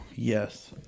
Yes